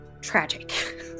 tragic